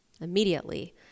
Immediately